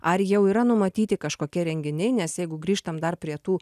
ar jau yra numatyti kažkokie renginiai nes jeigu grįžtam dar prie tų